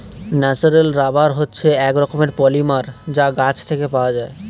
natural rubber হচ্ছে এক রকমের পলিমার যা গাছ থেকে পাওয়া যায়